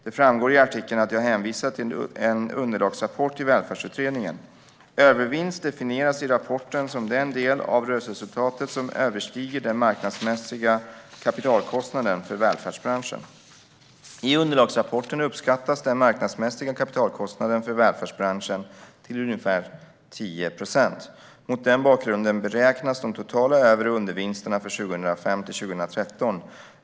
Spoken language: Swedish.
Det framgår i artikeln att jag hänvisar till en underlagsrapport till Välfärdsutredningen. Övervinst definieras i rapporten som den del av rörelseresultatet som överstiger den marknadsmässiga kapitalkostnaden för välfärdsbranschen. I underlagsrapporten uppskattas den marknadsmässiga kapitalkostnaden för välfärdsbranschen till ungefär 10 procent. Mot den bakgrunden beräknas de totala över och undervinsterna för 2005-2013.